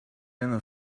lena